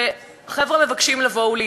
וחבר'ה מבקשים לבוא ולהתחתן,